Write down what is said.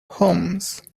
homes